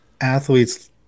athletes